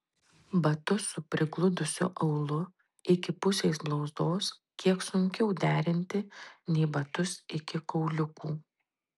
batus su prigludusiu aulu iki pusės blauzdos kiek sunkiau derinti nei batus iki kauliukų